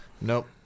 Nope